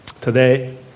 Today